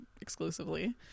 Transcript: exclusively